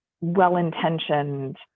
well-intentioned